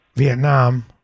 Vietnam